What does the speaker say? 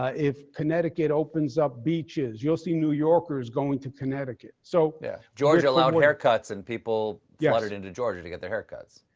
ah if connecticut opens up beaches, you will see new yorkers going to connecticut. so yeah georgia allowed haircuts and people yeah flooded into georgia to get their haircuts.